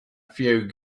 few